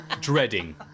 dreading